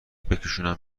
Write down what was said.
بکشونم